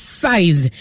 size